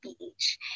PH